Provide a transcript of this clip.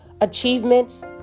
achievements